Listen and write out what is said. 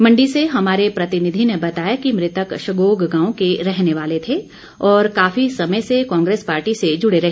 मंडी से हमारे प्रतिनिधि ने बताया कि मृतक शगोग गांव के रहने वाले थे और काफी समय से कांग्रेस पार्टी से जुड़े रहे